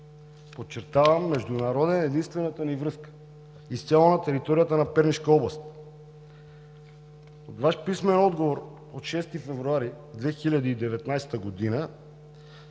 Подчертавам – международен, единствената ни връзка, изцяло на територията на Пернишка област. Ваш писмен отговор от 6 февруари 2019 г.: